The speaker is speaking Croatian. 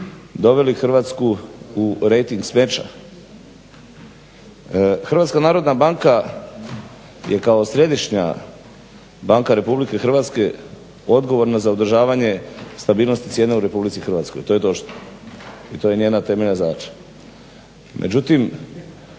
Hrvatska narodna banka je kao središnja banka Republike Hrvatske odgovorna za održavanje stabilnosti cijena u Republici Hrvatskoj i to je točno i to je njena temeljna zadaća.